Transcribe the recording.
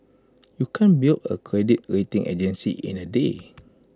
you can't build A credit rating agency in A day